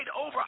over